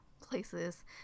places